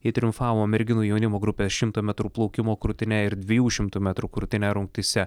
ji triumfavo merginų jaunimo grupės šimto metrų plaukimo krūtine ir dviejų šimtų metrų krūtine rungtyse